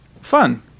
Fun